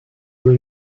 will